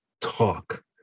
talk